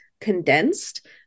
condensed